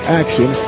action